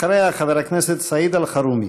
אחריה, חבר הכנסת סעיד אלחרומי.